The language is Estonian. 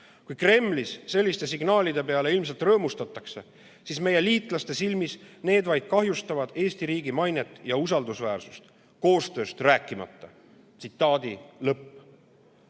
Kui Kremlis selliste signaalide peale ilmselt rõõmustatakse, siis meie liitlaste silmis need vaid kahjustavad Eesti riigi mainet ja usaldusväärsust, koostööst rääkimata." Kas te